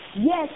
Yes